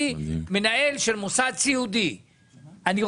כמה כסף המנהל של מוסד סיעודי מקבל,